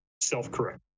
self-correct